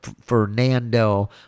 Fernando